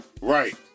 Right